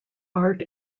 art